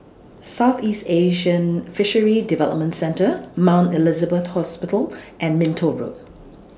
Southeast Asian Fisheries Development Centre Mount Elizabeth Hospital and Minto Road